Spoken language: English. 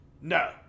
no